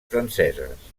franceses